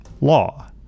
law